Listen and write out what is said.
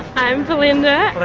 i'm belinda.